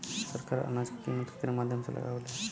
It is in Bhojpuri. सरकार अनाज क कीमत केकरे माध्यम से लगावे ले?